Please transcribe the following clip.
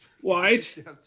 White